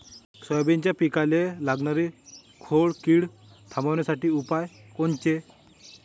सोयाबीनच्या पिकाले लागनारी खोड किड थांबवासाठी उपाय कोनचे?